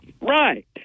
Right